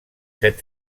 set